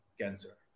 cancer